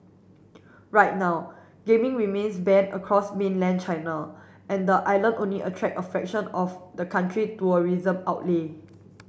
right now gaming remains banned across mainland China and the island only attract a fraction of the country tourism outlay